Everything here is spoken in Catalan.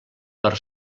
per